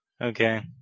Okay